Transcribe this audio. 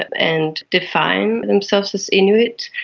and define themselves as inuit,